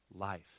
life